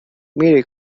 میری